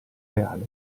reale